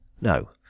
No